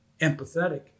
empathetic